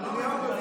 אליהו רביבו.